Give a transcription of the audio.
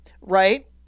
Right